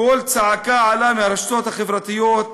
קול צעקה עלה מהרשתות החברתיות,